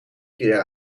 keer